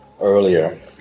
earlier